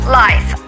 life